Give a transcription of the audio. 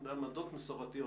עמדות מסורתיות.